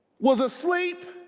was asleep